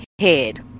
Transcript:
head